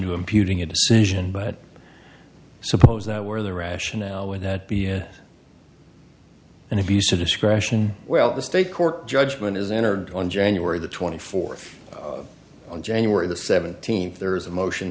imputing a decision but suppose that were the rationale would that be an abuse of discretion well the state court judgment is entered on january the twenty fourth on january the seventeenth there is a motion